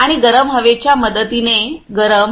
आणि गरम हवेच्या मदतीने गरम